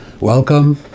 Welcome